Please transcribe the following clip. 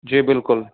जी बिल्कुलु